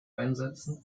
einsetzen